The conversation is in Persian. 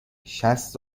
شصت